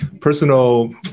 personal